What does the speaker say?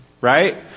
right